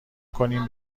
کنیم